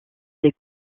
des